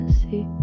see